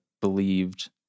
believed